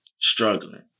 struggling